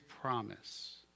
promise